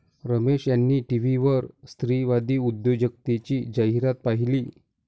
रमेश यांनी टीव्हीवर स्त्रीवादी उद्योजकतेची जाहिरात पाहिली